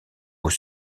aux